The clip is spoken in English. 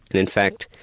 and in fact,